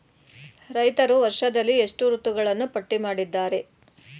ರೈತರು ವರ್ಷದಲ್ಲಿ ಎಷ್ಟು ಋತುಗಳನ್ನು ಪಟ್ಟಿ ಮಾಡಿದ್ದಾರೆ?